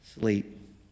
sleep